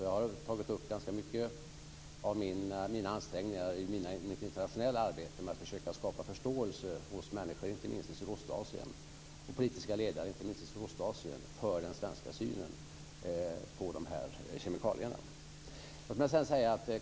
Jag har ägnat ganska mycket ansträngningar i mitt internationella arbete åt att försöka skapa förståelse hos människor och politiska ledare, inte minst i Sydostasien, för den svenska synen på de här kemikalierna.